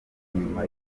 nyuma